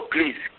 Please